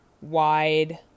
wide